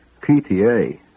PTA